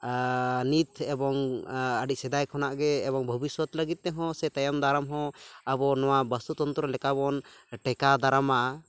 ᱱᱤᱛ ᱮᱵᱚᱝ ᱟᱹᱰᱤ ᱥᱮᱫᱟᱭ ᱠᱷᱚᱱᱟᱜ ᱜᱮ ᱮᱵᱚᱝ ᱵᱷᱚᱵᱤᱥᱚᱛ ᱞᱟᱹᱜᱤᱫ ᱛᱮᱦᱚᱸ ᱥᱮ ᱛᱟᱭᱚᱢ ᱫᱟᱨᱟᱢ ᱦᱚᱸ ᱟᱵᱚ ᱱᱚᱣᱟ ᱵᱟᱹᱥᱛᱩᱛᱚᱱᱛᱨᱚ ᱞᱮᱠᱟᱛᱮ ᱵᱚᱱ ᱴᱮᱠᱟᱣ ᱫᱟᱨᱟᱢᱟ